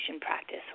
practice